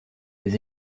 des